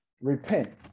repent